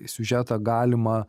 siužetą galima